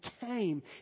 came